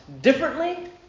differently